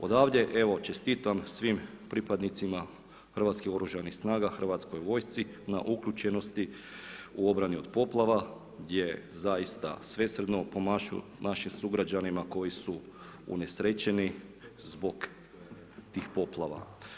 Odavde evo, čestitam svim pripadnicima Hrvatskim oružanih snaga, Hrvatskoj vojsci, na uključenosti, obrani od poplava, gdje zaista svesrdno pomažu našim sugrađanima koji u unesrećeni zbog tih poplava.